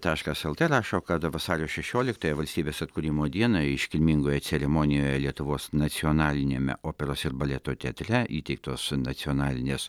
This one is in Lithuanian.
taškas lt rašo kad vasario šešioliktąją valstybės atkūrimo dieną iškilmingoje ceremonijoje lietuvos nacionaliniame operos ir baleto teatre įteiktos nacionalinės